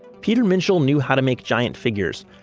peter minshall knew how to make giant figures,